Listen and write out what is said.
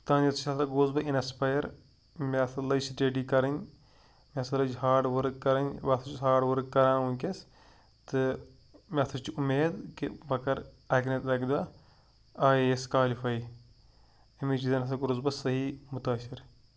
تٕہنٛدِ گوس بہٕ اِنَسپایر مےٚ ہَسا لٔج سٹیڈی کَرٕنۍ مےٚ ہَسا لٔج ہاڈ ؤرٕک کَرٕنۍ بہٕ ہَسا چھُس ہاڈ ؤرٕک کَران وٕنۍکٮ۪س تہٕ مےٚ سا چھِ اُمید کہِ بہ کَرٕ اَکہِ نَتہٕ اَکہِ دۄہ آی اے ایس کالِفاے أمی چیٖزَن ہَسا کوٚرُس بہٕ صحیح مُتٲثر